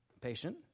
Patient